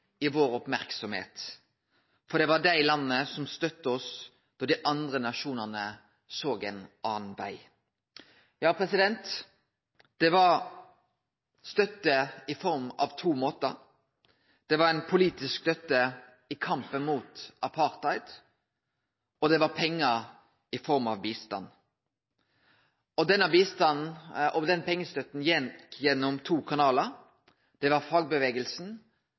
merksemda vår, for det var dei landa som støtta oss da dei andre nasjonane såg ein annan veg. Det var støtte på to måtar. Det var ein politisk støtte i kampen mot apartheid, og det var pengar i form av bistand. Denne bistanden, denne pengestøtta, gjekk gjennom to kanalar: